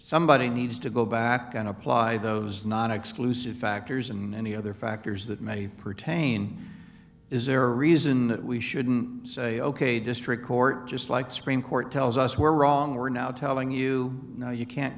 somebody needs to go back and apply those non exclusive factors and any other factors that may pertain is there reason that we shouldn't say ok district court just like supreme court tells us were wrong or are now telling you now you can't